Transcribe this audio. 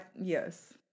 Yes